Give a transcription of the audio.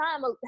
time